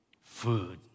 food